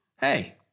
Hey